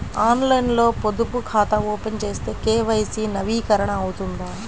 ఆన్లైన్లో పొదుపు ఖాతా ఓపెన్ చేస్తే కే.వై.సి నవీకరణ అవుతుందా?